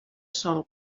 sòl